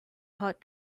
hot